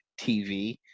TV